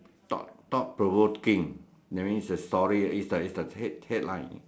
thought thought provoking that means the story is a is a headline